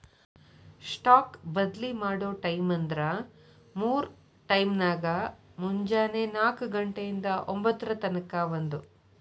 stock ಬದ್ಲಿ ಮಾಡೊ ಟೈಮ್ವ್ಂದ್ರ ಮೂರ್ ಟೈಮ್ನ್ಯಾಗ, ಮುಂಜೆನೆ ನಾಕ ಘಂಟೆ ಇಂದಾ ಒಂಭತ್ತರ ತನಕಾ ಒಂದ್